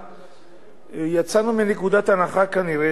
כנראה,